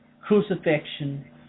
crucifixion